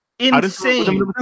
Insane